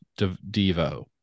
Devo